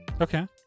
Okay